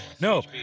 No